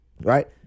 right